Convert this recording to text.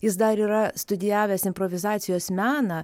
jis dar yra studijavęs improvizacijos meną